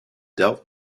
dealt